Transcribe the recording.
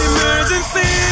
Emergency